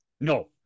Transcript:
No